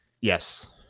Yes